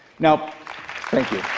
now thank you.